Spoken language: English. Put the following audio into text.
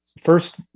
First